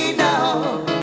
now